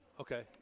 Okay